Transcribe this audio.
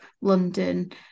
London